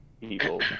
people